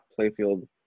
Playfield